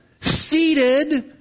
seated